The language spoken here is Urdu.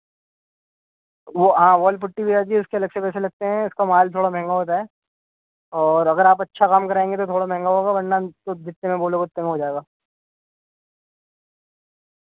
وہ آ ول پٹی بھی آ جی اس کے الگ سے پیسے لگتے ہیں اس کا مال تھوڑا مہنگا ہوتا ہے اور اگر آپ اچھا کام کراٮٔیں گے تو تھوڑا مہنگا ہوگا ورنہ تو جنتے میں بولو گے اتنے میں ہو جائے گا